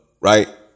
right